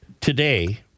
today